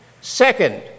Second